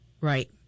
Right